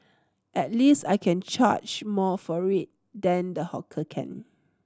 at least I can charge more for it than the hawker can